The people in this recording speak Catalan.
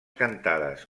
cantades